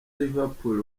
liverpool